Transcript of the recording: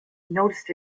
noticed